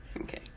okay